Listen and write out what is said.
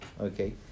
okay